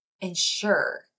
ensure